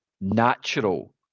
natural